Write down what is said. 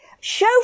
Show